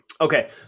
Okay